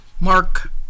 Mark